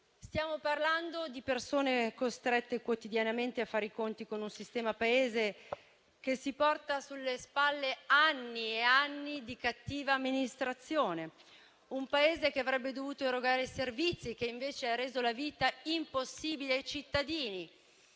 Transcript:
Stiamo parlando di persone costrette quotidianamente a fare i conti con un sistema Paese che si porta sulle spalle anni e anni di cattiva amministrazione, un Paese che avrebbe dovuto erogare i servizi e che invece ha reso la vita impossibile ai cittadini.